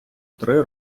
три